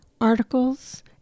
articles